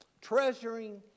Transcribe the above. treasuring